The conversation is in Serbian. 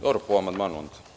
Dobro, onda po amandmanu.